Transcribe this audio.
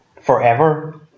forever